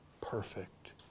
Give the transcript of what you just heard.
perfect